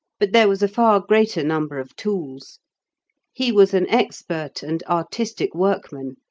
but there was a far greater number of tools he was an expert and artistic workman,